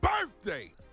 birthday